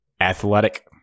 athletic